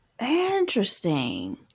interesting